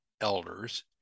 elders